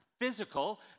physical